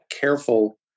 careful